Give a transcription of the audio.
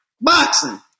Boxing